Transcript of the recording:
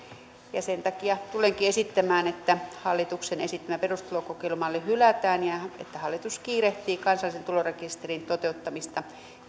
sen takia tulenkin esittämään että hallituksen esittämä perustulokokeilumalli hylätään ja että hallitus kiirehtii kansallisen tulorekisterin toteuttamista